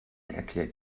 erklärt